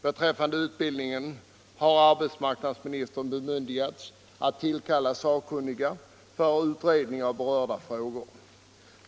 Beträffande utbildningen har arbetsmarknadsministern bemyndigats att tillkalla sakkunniga för utredning av berörda frågor.